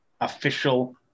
official